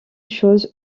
chose